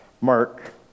Mark